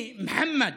כי מוחמד